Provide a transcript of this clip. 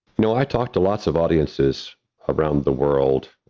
know, i talked to lots of audiences around the world,